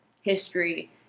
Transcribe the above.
history